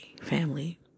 family